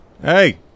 Hey